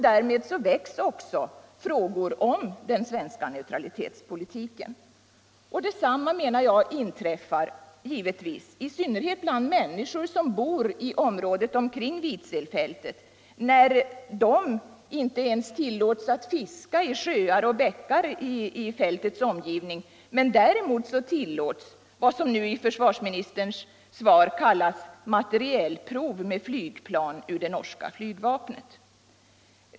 Därför väcks också frågor om den svenska neutralitetspolitiken - i synnerhet bland människor som bor i området omkring Vidselfältet, eftersom de inte ens tillåts att fiska i sjöar och bäckar i fältets omgivning. Däremot tillåts vad .som nu i försvarsministerns svar kallas materielprov med flygplan ur norska flygvapnet.